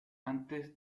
antes